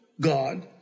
God